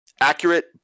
accurate